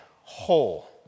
whole